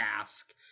ask